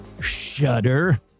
shudder